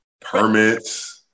permits